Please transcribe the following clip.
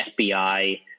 fbi